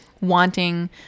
wanting